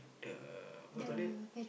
the what you call it